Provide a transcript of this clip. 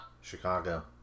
Chicago